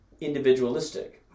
individualistic